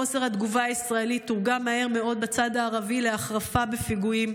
חוסר התגובה הישראלי תורגם מהר מאוד בצד הערבי להחרפה בפיגועים.